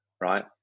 right